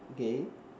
okay